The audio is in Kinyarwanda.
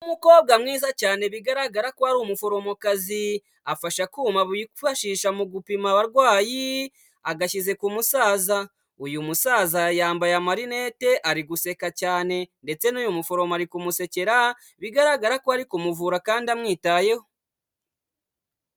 Umukobwa mwiza cyane bigaragara ko ari umuforomokazi, afashe akuma bifashisha mu gupima abarwayi agashyize ku musaza. Uyu musaza yambaye amarinete ari guseka cyane ndetse n'uyu muforomo ari ku musekera bigaragara ko ari kumuvura kandi amwitayeho.